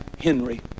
Henry